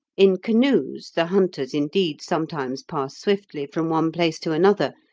in canoes the hunters, indeed, sometimes pass swiftly from one place to another,